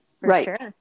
Right